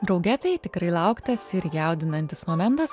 drauge tai tikrai lauktas ir jaudinantis momentas